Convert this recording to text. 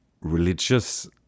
religious